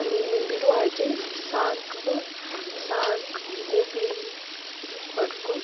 अनि बिरुवाहरू चाहिँ साग हो साग कोपीहरूको